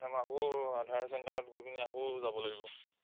ন মই আকৌ আধাৰ চেণ্টাৰত গৈ পিনি আকৌ যাব লাগিব